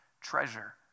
treasure